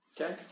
Okay